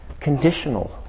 conditional